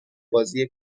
بازی